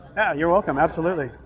yeah, you're welcome. absolutely.